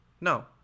No